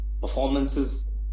performances